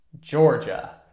Georgia